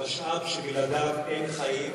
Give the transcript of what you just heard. משאב שבלעדיו אין חיים,